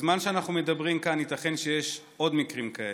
בזמן שאנחנו מדברים כאן ייתכן שיש עוד מקרים כאלה.